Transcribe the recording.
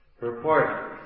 Report